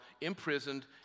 imprisoned